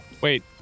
Wait